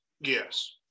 Yes